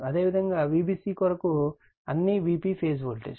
అదేవిధంగా Vbc కొరకు అన్నీ Vp ఫేజ్ వోల్టేజ్